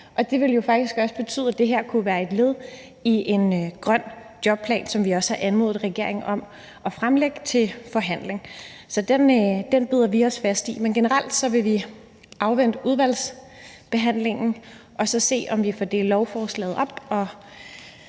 det ville jo også betyde, at det her kunne være et led i en grøn jobplan, som vi også har anmodet regeringen om at fremlægge til forhandling. Så den bider vi os fast i. Men generelt vil vi afvente udvalgsbehandlingen og så se, om vi får delt lovforslaget op,